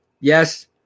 Yes